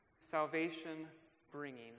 salvation-bringing